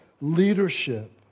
leadership